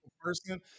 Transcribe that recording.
person